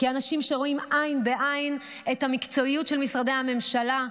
כאנשים שרואים עין בעין את המקצועיות של משרדי הממשלה,